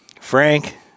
Frank